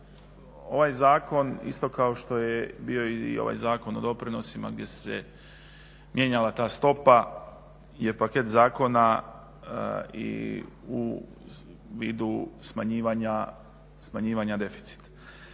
ovaj zakon isto kao što je bio i ovaj Zakon o doprinosima gdje se mijenjala ta stopa je paket zakona i u vidu smanjivanja deficita.